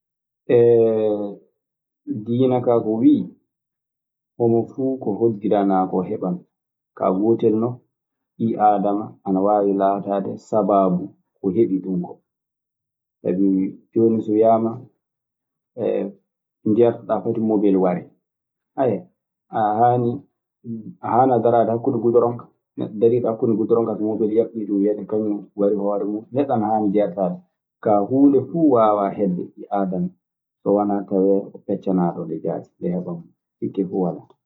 diina kaa ko wii, homo fuu ko hoddiranaa heɓan ɗun. Kaa, gootel non. Bii aadama ana waawi laataade sabaabu ko heɓi ɗun koo. Sabi jooni so wiyaama ndeentoɗaa fati mobel ware. aɗe haani, a haanaa daraade hakkunde gitoroŋ kaa. Neɗɗo dariiɗo hakkunde gitoroŋ kaa so mobel yaɓɓii ɗun wiyete kañun wari hoore muuɗun. Neɗɗo ana haani jeertaade. Kaa, huunde fuu waawaa heɓde ɓii aadama so wanaa tawee o feccanaaɗo nde jaati, nde heɓan mo sikke fuu walaa hen.